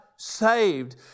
saved